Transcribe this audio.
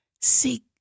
Seek